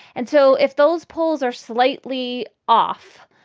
and so if those polls are slightly off,